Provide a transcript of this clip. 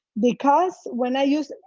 because when i use,